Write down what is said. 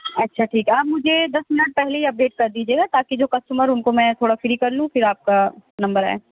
اچھا ٹھیک ہے آپ مجھے دس منٹ پہلے ہی اپڈیٹ کر دیجیے گا تاکہ جو کسٹمر اُن کو میں تھوڑا فری کر لوں پھر آپ کا نمبر آئے